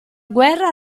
guerra